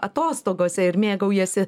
atostogose ir mėgaujiesi